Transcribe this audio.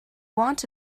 want